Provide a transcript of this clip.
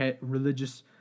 religious